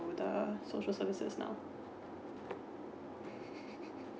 go the social services now